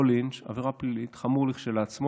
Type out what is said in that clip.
לא לינץ' עבירה פלילית, חמור כשלעצמו.